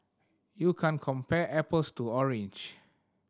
you can't compare apples to orange